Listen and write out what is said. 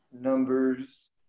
numbers